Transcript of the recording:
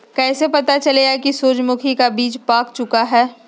कैसे पता चलेगा की सूरजमुखी का बिज पाक चूका है?